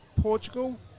Portugal